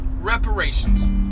reparations